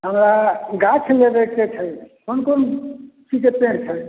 हमरा गाछ लेबै के छै कोन कोन चीज के पेड़ छै